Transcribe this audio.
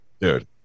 Dude